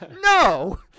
no